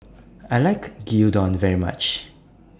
I like Gyudon very much